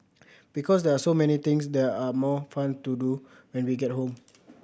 because there are so many things there are more fun to do when we get home